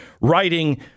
Writing